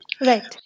Right